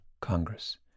Congress